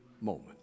moment